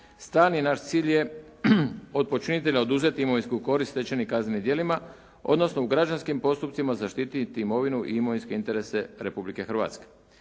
Stalni naš cilj je od počinitelja oduzeti imovinsku korist stečenu kaznenim djelima odnosno u građanskim postupcima zaštititi imovinu i imovinske interese Republike Hrvatske.